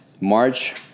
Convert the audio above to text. March